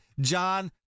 John